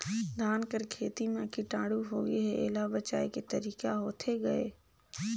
धान कर खेती म कीटाणु होगे हे एला बचाय के तरीका होथे गए?